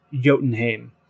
Jotunheim